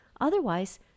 Otherwise